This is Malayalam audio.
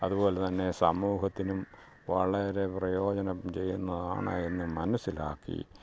അതുപോലെ തന്നെ സമൂഹത്തിനും വളരെ പ്രയോജനം ചെയ്യുന്നത് ആണ് എന്ന് മനസ്സിലാക്കി